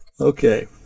Okay